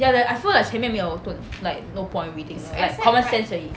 ya th~ I feel like 前面没有 like no point reading lor like common sense 而已